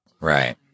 Right